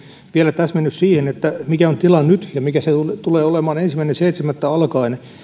vielä täsmennys siihen mikä on tilanne nyt ja mikä se tulee olemaan ensimmäinen seitsemättä alkaen